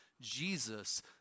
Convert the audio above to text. Jesus